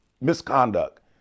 misconduct